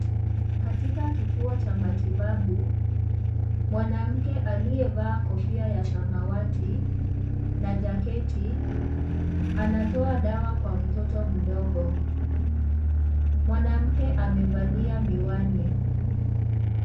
Katika kituo cha matibabu, mwanamke aliyevaa kofia ya samawati na jaketi, anatoa dawa kwa mtoto mdogo. Mwanamke amevalia miwani.